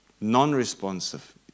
Non-responsive